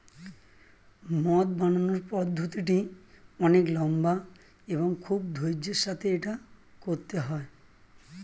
মদ বানানোর পদ্ধতিটি অনেক লম্বা এবং খুব ধৈর্য্যের সাথে এটা করতে হয়